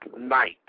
night